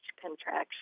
contraction